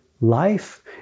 life